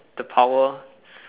the power